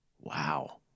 wow